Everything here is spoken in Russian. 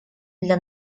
для